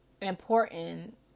important